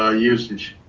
ah usage.